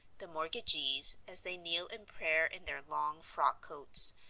the mortgagees, as they kneel in prayer in their long frock-coats,